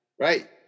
right